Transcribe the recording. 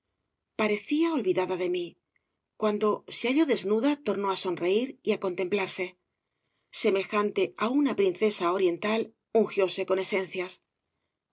parecía olvidada de mí cuando se halló desnuda tornó á sonreír y á contemplarse semejante á una princesa oriental ungióse con esencias